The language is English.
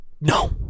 No